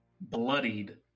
bloodied